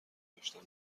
داشتن